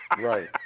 Right